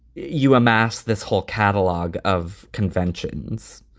you amass this whole catalog of conventions.